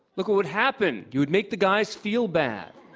look what would happen? you would make the guys feel bad.